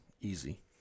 Easy